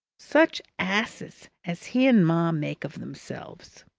such asses as he and ma make of themselves!